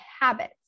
habits